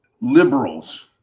Liberals